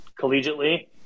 collegiately